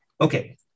Okay